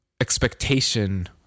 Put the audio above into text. expectation